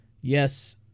Yes